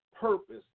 purpose